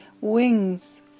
wings